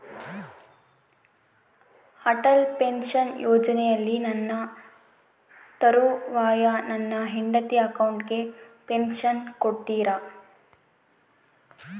Atal pension ಯೋಜನೆಯಲ್ಲಿ ನನ್ನ ತರುವಾಯ ನನ್ನ ಹೆಂಡತಿ ಅಕೌಂಟಿಗೆ ಪೆನ್ಶನ್ ಕೊಡ್ತೇರಾ?